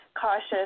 cautious